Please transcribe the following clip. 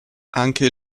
anche